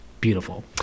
Beautiful